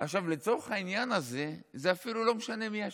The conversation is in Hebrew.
עכשיו, לצורך העניין הזה אפילו לא משנה מי אשם.